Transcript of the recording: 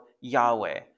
Yahweh